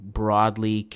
broadly